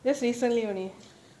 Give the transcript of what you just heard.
just recently only